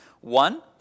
One